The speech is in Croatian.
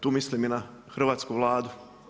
Tu mislim i na hrvatsku Vladu.